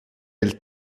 del